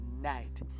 night